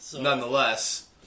Nonetheless